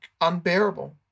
unbearable